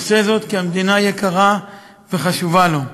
עושה זאת כי המדינה יקרה וחשובה לו.